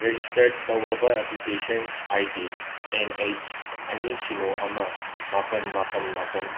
register ꯇꯧꯔꯕ application I D N H ꯑꯅꯤ ꯁꯤꯅꯣ ꯑꯃ ꯃꯥꯄꯟ ꯃꯥꯄꯟ ꯃꯥꯄꯟ